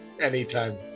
Anytime